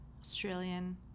Australian